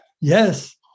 Yes